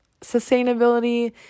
sustainability